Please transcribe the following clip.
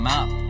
up